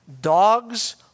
dogs